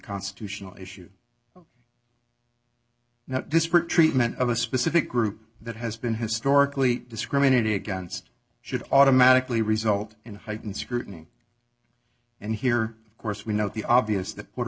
constitutional issue now disparate treatment of a specific group that has been historically discriminated against should automatically result in heightened scrutiny and here of course we note the obvious that puerto